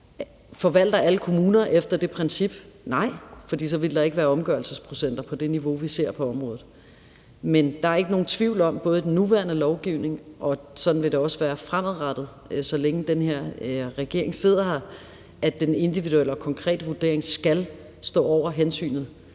Forvalter alle kommuner efter det princip? Nej, for så ville der ikke være omgørelsesprocenter på det niveau, vi ser på området. Men der er ikke nogen tvivl om, både i den nuværende lovgivning, og hvordan det vil være fremadrettet, så længe den her regering sidder, at den individuelle og konkrete vurdering skal stå over hensynet